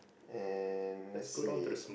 and let's see